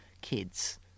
kids